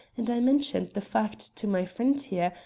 and i mentioned the fact to my friend here,